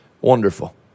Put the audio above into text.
Wonderful